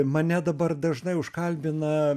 mane dabar dažnai užkalbina